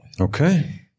Okay